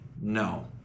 no